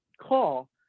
call